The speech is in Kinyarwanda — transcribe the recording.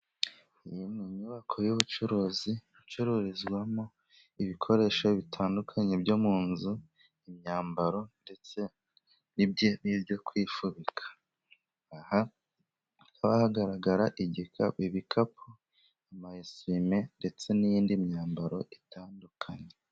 Mu nyubako y'ubucuruzi icururizwamo ibikoresho bitandukanye byo mu nzu, imyambaro ndetse n'ibyo kwifubika aha hagaragara igikapu amasume ndetse n'indi myambaro itandukanye.